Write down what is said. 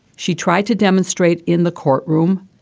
she tried to demonstrate in the courtroom.